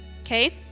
Okay